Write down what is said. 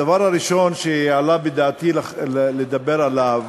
הדבר הראשון שעלה בדעתי לדבר עליו